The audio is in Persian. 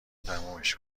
تمومش